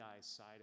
side